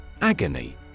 Agony